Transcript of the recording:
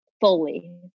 fully